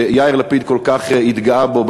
שיאיר לפיד כל כך התגאה בו,